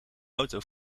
auto